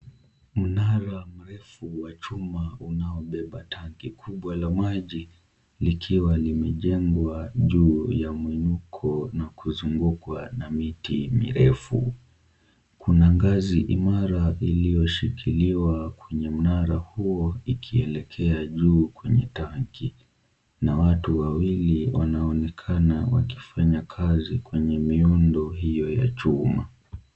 Mnara mrefu wa chuma unaobeba tanki kubwa la maji likiwa limejengwa juu ya muinuko na kuzungukwa na miti mirefu. Kuna ngazi imara iliyoshikiliwa kwenye mnara huo ikielekea juu kwenye tanki na watu wawili wanaonekana wakifanya kazi kwenye miundo hio ya chuma.